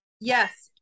Yes